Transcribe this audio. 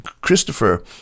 Christopher